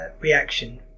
reaction